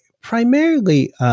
primarily